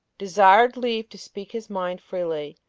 desired leave to speak his mind freely,